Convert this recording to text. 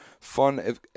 fun